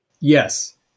Yes